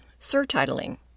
surtitling